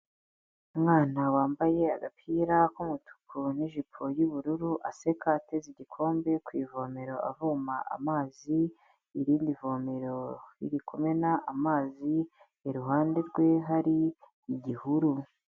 Umwana wambaye agapira k'umutuku n'ijipo y'ubururu, aseka ateze igikombe ku ivomero avoma amazi, irindi vomero riri kumena amazi, iruhande rwe hari igihuru.